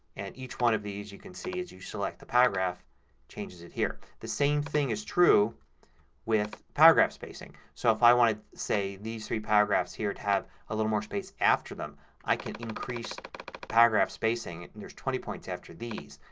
and each one of these, you can see, as you select the paragraph changes it here. the same thing is true with paragraph spacing. so if i wanted to say these three paragraphs here have a little more space after them i can increase the paragraph spacing. and there's twenty points after these.